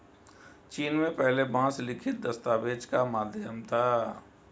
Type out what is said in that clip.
चीन में पहले बांस लिखित दस्तावेज का माध्यम था